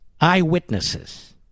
Eyewitnesses